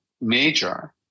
major